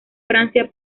francia